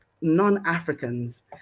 non-Africans